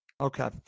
Okay